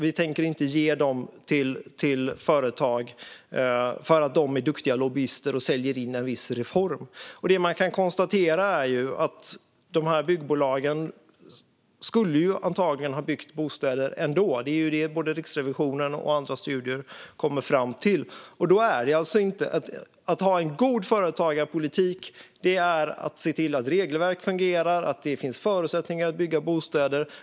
Vi tänker inte ge dem till företag för att de är duktiga lobbyister och säljer in en viss reform. Det man kan konstatera är att dessa byggbolag antagligen skulle ha byggt bostäder ändå. Det har både Riksrevisionen och andra studier kommit fram till. Att ha en god företagarpolitik är att se till att regelverk fungerar och att det finns förutsättningar att bygga bostäder.